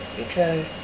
Okay